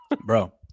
bro